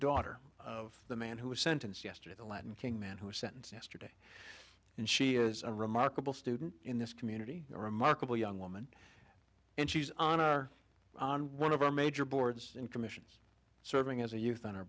daughter of the man who was sentenced yesterday the latin king man who was sentenced yesterday and she is a remarkable student in this community a remarkable young woman and she's on our on one of our major boards and commissions serving as a youth on our